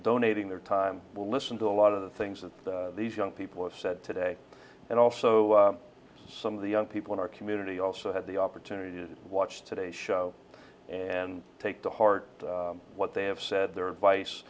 donating their time will listen to a lot of the things that these young people have said today and also some of the young people in our community also have the opportunity to watch today's show and take to heart what they have said their advice